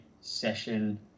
session